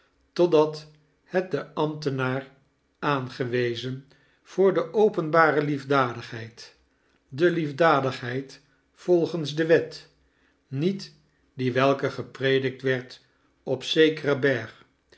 totdat het den amsbtenaar aangewezen voor de openbare liefdadigheid de liefdadigheid volgens de wet niet die welke gepredikt werd op zekeren berg